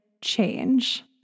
change